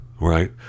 right